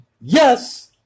yes